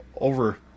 over